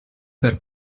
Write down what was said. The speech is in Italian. per